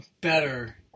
better